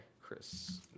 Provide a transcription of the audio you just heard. Chris